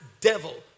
devil